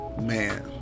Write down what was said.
Man